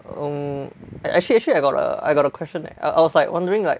uh actually actually I got a I got a question leh I was like wondering like